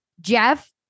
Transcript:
Jeff